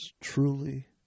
truly